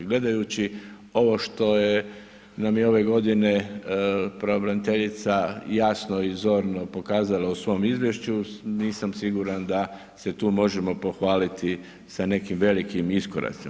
Gledajući ovo što nam je ove godine pravobraniteljica jasno i zorno prikazala u svom izvješću nisam siguran da se tu možemo pohvaliti sa nekim velikim iskoracima.